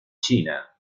china